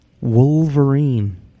Wolverine